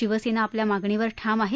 शिवसेना आपल्या मागणीवर ठाम आहे